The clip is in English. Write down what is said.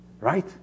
right